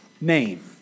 name